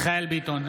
מיכאל מרדכי ביטון,